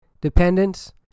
dependence